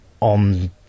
on